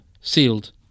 sealed